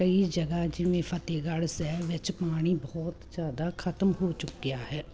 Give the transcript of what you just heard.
ਕਈ ਜਗ੍ਹਾ ਜਿਵੇਂ ਫਤਿਹਗੜ੍ਹ ਸਾਹਿਬ ਵਿੱਚ ਪਾਣੀ ਬਹੁਤ ਜਿਆਦਾ ਖਤਮ ਹੋ ਚੁੱਕਿਆ ਹੈ